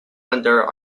under